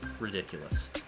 ridiculous